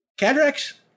Cadrex